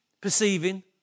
perceiving